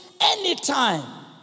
anytime